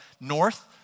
north